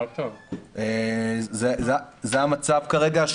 זה המצב כרגע,